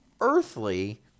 earthly